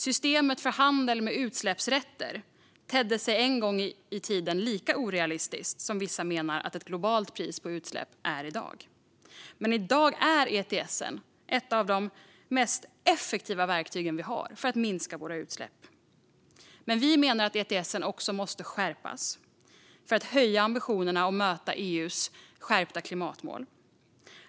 Systemet för handel med utsläppsrätter tedde sig en gång i tiden lika orealistiskt som vissa menar att ett globalt pris på utsläpp är i dag. Men i dag är ETS ett av de mest effektiva verktyg som vi har för att minska våra utsläpp. Vi menar dock att ETS måste skärpas för att höja ambitionerna och möta EU:s skärpta klimatmål.